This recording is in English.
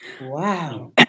Wow